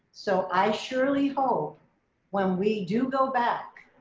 so i surely hope when we do go back,